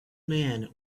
man